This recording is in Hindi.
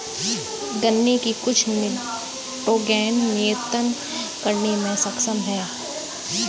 गन्ने की कुछ निटोगेन नियतन करने में सक्षम है